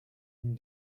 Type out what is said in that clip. mine